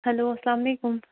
hello اَلسَلام علیکُم